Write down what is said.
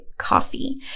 Coffee